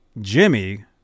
jimmy